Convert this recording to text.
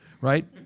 right